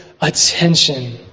attention